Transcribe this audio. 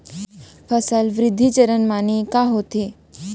फसल वृद्धि चरण माने का होथे?